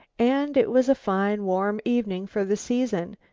and it was a fine warm evening for the season,